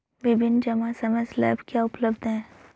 विभिन्न जमा समय स्लैब क्या उपलब्ध हैं?